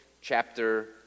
chapter